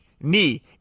knee